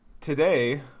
Today